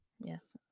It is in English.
Yes